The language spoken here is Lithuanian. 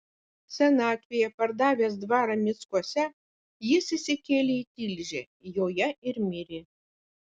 senatvėje pardavęs dvarą mickuose jis išsikėlė į tilžę joje ir mirė